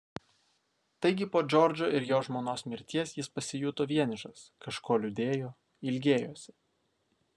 taigi po džordžo ir jo žmonos mirties jis pasijuto vienišas kažko liūdėjo ilgėjosi